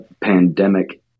pandemic